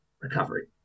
recovery